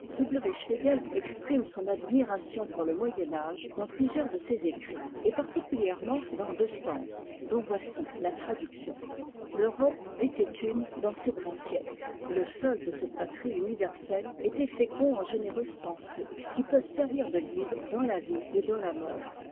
exprime son admiration pour le moyen âge dans plusieurs de ses écrits et particulièrement dans deux stances dont voici la traduction l'europe était une dans ces grands siècles et le sol de cette patrie universelle était fécond en généreuses pensées qui peuvent servir de guide dans la vie et dans la mort